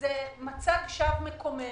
זה מצג שווא מקומם.